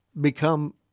become